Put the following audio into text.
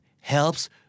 helps